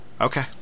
Okay